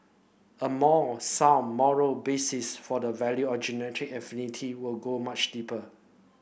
a more sound moral basis for the value or genetic affinity would go much deeper